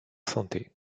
santé